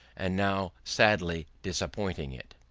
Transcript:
and now sadly disappointing it.